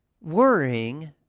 worrying